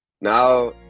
now